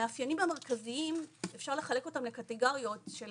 אפשר לחלק את המאפיינים המרכזיים לקטגוריות של